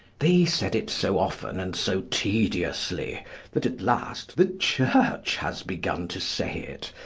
they said it so often and so tediously that, at last, the church has begun to say it.